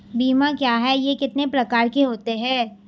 बीमा क्या है यह कितने प्रकार के होते हैं?